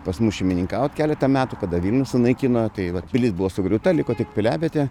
pas mus šeimininkaut keletą metų kada vilnių sunaikino tai tai vat pilis buvo sugriauta liko tik piliavietė